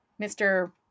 Mr